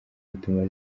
rituma